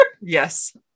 yes